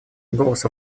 голос